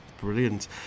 brilliant